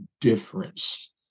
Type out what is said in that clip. difference